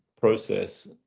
process